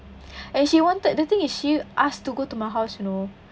and she wanted the thing is she asked to go to my house you know